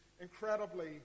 incredibly